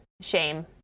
shame